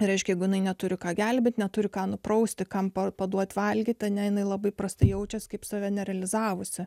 reiškia jeigu jinai neturi ką gelbėti neturi ką nuprausti kampą paduoti valgyt ane jinai labai prastai jaučiasi kaip save nerealizavusi